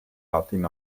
latin